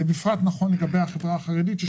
וזה בפרט נכון לגבי החברה החרדית.